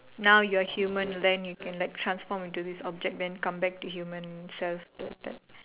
now you're human then you can like transform into this object then come back to human self like that